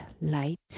light